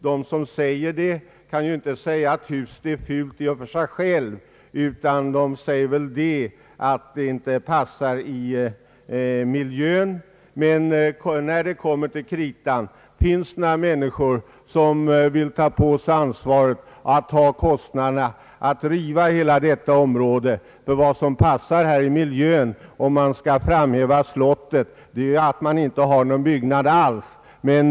De som säger det menar väl inte att huset är fult i och för sig utan att det inte passar in i miljön. Men det finns där, och när det kommer till kritan finns ej någon som vill ta på sig ansvaret för kostnaderna att riva hela detta hus. Ty vad som passar här ur miljösynpunkt — dvs. om man skall framhäva slottet — är att inte ha någon byggnad alls, där riksdagshuset nu står.